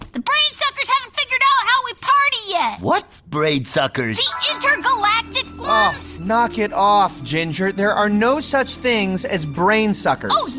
the brain suckers haven't figured out how we party yet. what brain suckers? the intergalactic ones! oh, knock it off, ginger. there are no such things as brain suckers. oh yeah